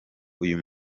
uyu